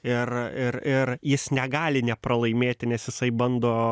ir ir ir jis negali nepralaimėti nes jisai bando